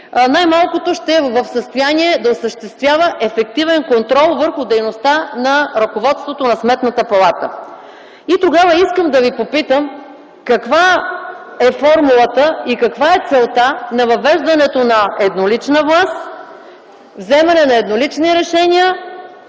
най-малкото, ще е в състояние да осъществява ефективен контрол върху дейността на ръководството на Сметната палата. Тогава искам да ви попитам: каква е формулата и каква е целта на въвеждането на еднолична власт, вземане на еднолични решения